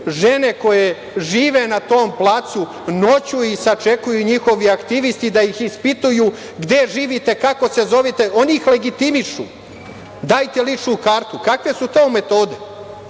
žene koje žive na tom placu, noću ih sačekuju i njihovi aktivisti da ih ispituju gde živite, kako se zovete. Oni ih legitimišu - dajte ličnu kartu. Kakve su to metode?